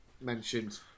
mentioned